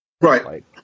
Right